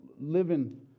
living